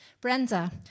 brenda